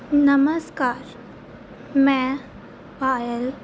ਨਮਸਕਾਰ ਮੈਂ ਪਾਇਲ